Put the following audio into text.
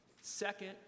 Second